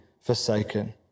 forsaken